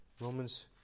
Romans